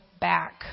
back